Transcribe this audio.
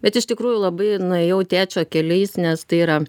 bet iš tikrųjų labai nuėjau tėčio keliais nes tai yra